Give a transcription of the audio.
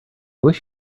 wish